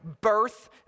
birth